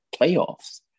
playoffs